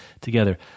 together